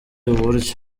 uburyo